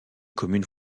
communes